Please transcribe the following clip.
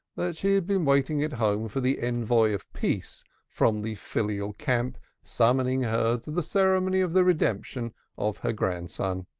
that she had been waiting at home for the envoy of peace from the filial camp summoning her to the ceremony of the redemption of her grandson.